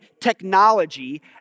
technology